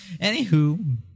Anywho